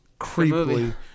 creepily